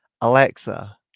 Alexa